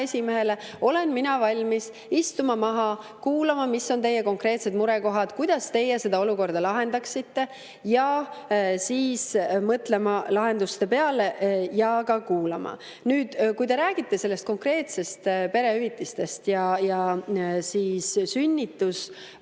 esimehele, et siis olen mina valmis istuma maha, kuulama, mis on teie konkreetsed murekohad, kuidas teie seda olukorda lahendaksite, ja siis mõtlema lahenduste peale ja ka kuulama. Nüüd, kui te räägite sellest konkreetsest perehüvitisest ja sündide arvu vähenemisest,